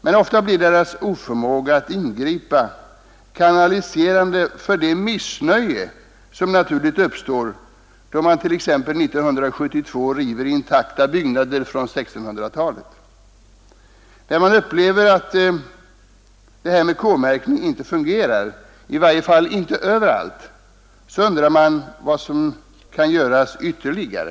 Men ofta blir deras oförmåga att ingripa kanaliserande för det missnöje som naturligt uppstår, då man t.ex. 1972 river intakta byggnader från 1600-talet. När man upplever att det här med K-märkningen inte fungerar, i varje fall inte överallt, så undrar man vad som skulle kunna göras ytterligare.